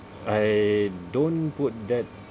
I don't put that